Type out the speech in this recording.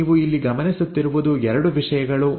ಈಗ ನೀವು ಇಲ್ಲಿ ಗಮನಿಸುತ್ತಿರುವುದು 2 ವಿಷಯಗಳು